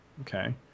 Okay